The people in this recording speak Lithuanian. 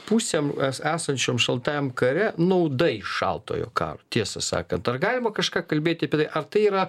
pusėm esančiam šaltajame kare nauda iš šaltojo karo tiesą sakant ar galima kažką kalbėti ar tai yra